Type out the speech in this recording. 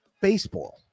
baseball